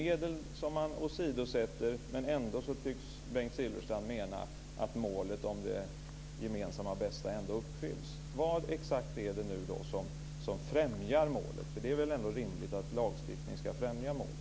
Man åsidosätter ett medel. Ändå tycks Bengt Silfverstrand mena att målet det gemensamma bästa uppfylls. Vad exakt främjar målet? Det är rimligt att lagstiftningen ska främja målet.